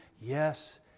Yes